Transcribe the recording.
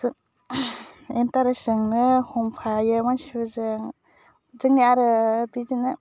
जो इन्टारेस्टजोंनो हमफायो मानसिफोरजों जोंनिया आरो बिदिनो